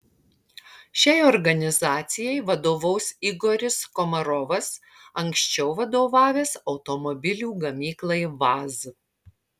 šiai organizacijai vadovaus igoris komarovas anksčiau vadovavęs automobilių gamyklai vaz